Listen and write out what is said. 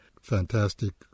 Fantastic